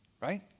Right